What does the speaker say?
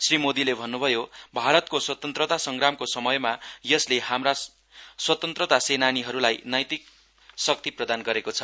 श्री मोदीले भन्न्भयो भारतको स्वतन्त्रता संग्रामको समयमा यसले हाम्रा स्वतन्त्रता सैनानीहरुलाई नैतिक शक्ति प्रदान गरेको छ